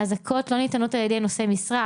האזעקות לא ניתנות על ידי נושאי משרה,